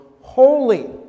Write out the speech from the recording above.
holy